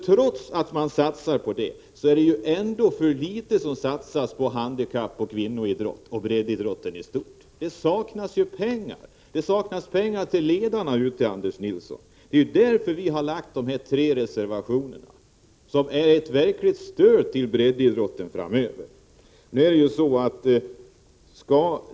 Trots att man stöder dem är det ändå för litet som satsas på handikappoch kvinnoidrotten och på breddidrotten i stort. Det saknas ju pengar till ledarna, Anders Nilsson. Det är därför vi har lagt de här tre reservationerna, som betyder ett verkligt stöd till breddidrotten framöver.